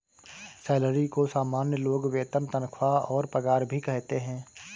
salary को सामान्य लोग वेतन तनख्वाह और पगार भी कहते है